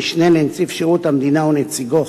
המשנה לנציב שירות המדינה או נציגו,